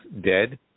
dead